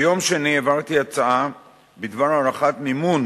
ביום שני העברתי הצעה בדבר הארכת מימון